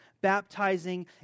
baptizing